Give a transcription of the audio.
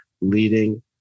leading